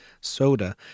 soda